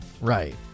Right